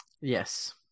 Yes